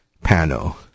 panel